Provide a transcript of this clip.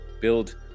build